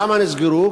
למה נסגרו?